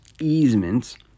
easements